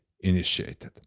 initiated